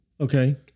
Okay